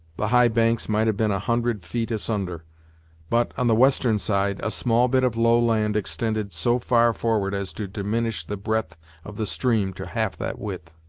the high banks might have been a hundred feet asunder but, on the western side, a small bit of low land extended so far forward as to diminish the breadth of the stream to half that width.